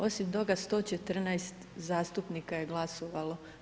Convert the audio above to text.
Osim toga, 114 zastupnika je glasovalo.